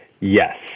Yes